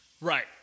Right